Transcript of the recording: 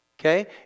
okay